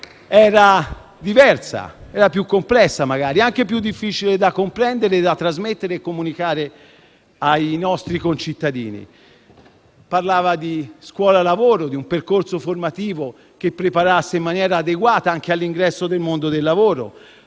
era diversa, magari più complessa e anche più difficile da comprendere, da trasmettere e da comunicare ai nostri concittadini. Parlava di scuola-lavoro, di un percorso formativo che preparasse in maniera adeguata anche all'ingresso nel mondo del lavoro;